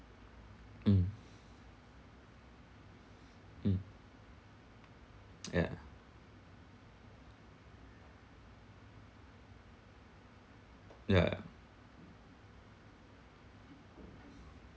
mm mm ya ya ya